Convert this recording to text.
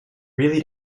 really